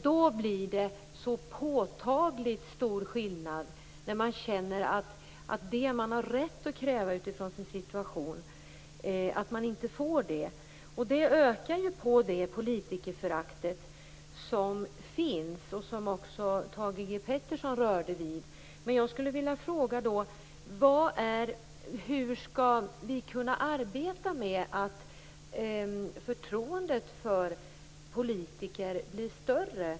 Då blir det så påtagligt stor skillnad när man känner att man inte får det som man har rätt att kräva utifrån sin situation. Detta ökar det politikerförakt som finns och som också Thage G Peterson berörde. Jag skulle vilja fråga: Hur skall vi kunna arbeta för att förtroendet för politiker blir större?